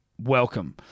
welcome